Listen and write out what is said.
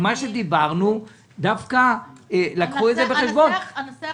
דווקא לקחו בחשבון את מה שאמרנו.